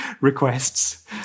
requests